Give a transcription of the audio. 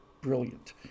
brilliant